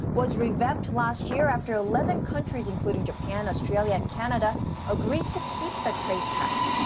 was revamped last year after eleven countries, including japan, australia and canada agreed to keep the trade pact.